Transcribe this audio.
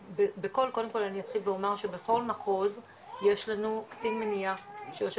קודם כל אני אתחיל ואומר שבכל מחוז יש לנו קצין מניעה שיושב